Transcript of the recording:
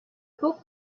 book